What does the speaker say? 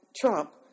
Trump